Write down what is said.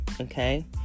okay